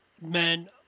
men